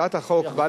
הצעת החוק באה